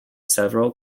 several